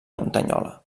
muntanyola